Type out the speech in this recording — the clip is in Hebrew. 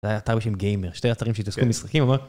זה היה אתר בשם גיימר, שתי אתרים שהתעסקו במשחקים אמרת...